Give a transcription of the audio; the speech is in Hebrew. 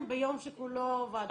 כן, ביום שכולו ועדות.